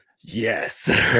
yes